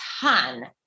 ton